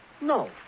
No